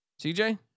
CJ